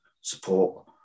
support